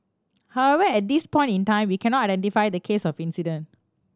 however at this point in time we cannot identify the case of incident